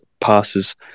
passes